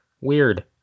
Weird